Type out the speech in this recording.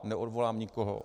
Neodvolám nikoho.